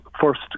first